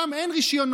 שם אין רישיונות,